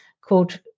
called